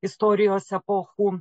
istorijos epochų